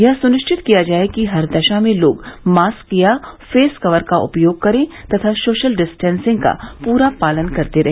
यह सुनिश्चित किया जाये कि हर दशा में लोग मास्क या फेसकवर का उपयोग करे तथा सोशल डिस्टेंसिंग का पूरा पालन करते रहे